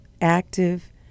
active